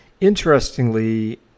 Interestingly